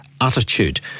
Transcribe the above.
attitude